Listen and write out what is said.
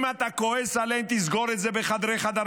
אם אתה כועס עליהם, תסגור את זה בחדרי-חדרים.